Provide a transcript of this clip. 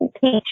teach